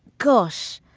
gosh,